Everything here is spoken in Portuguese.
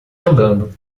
andando